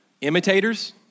imitators